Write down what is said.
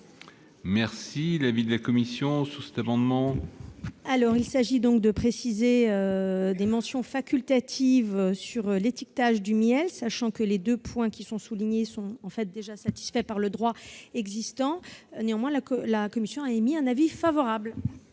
est l'avis de la commission ? Il s'agit de préciser des mentions facultatives sur l'étiquetage du miel, sachant que les deux points soulignés sont déjà satisfaits par le droit existant. Néanmoins, la commission a émis un avis favorable.